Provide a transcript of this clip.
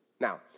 Now